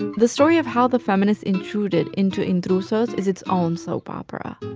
the story of how the feminists intruded into intrusos is its own soap opera.